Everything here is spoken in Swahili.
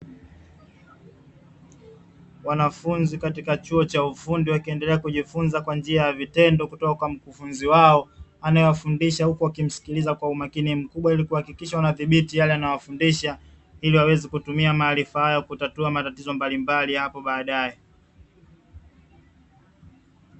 Wanafunzi katika chuo cha ufundi wakiendelea kujifunza kwa njia ya vitendo kutoka kwa mkufunzi wao, anaewafundisha huku wakimskiliza kwa umakini mkubwa ili kuhakikisha wanadhibiti yale anayowafundisha, ili waweze kutumia maarifa hayo kutatua matatizo mbalimbali hapo baadae.